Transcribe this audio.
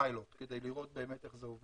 כפיילוט כדי לראות איך זה באמת עובד.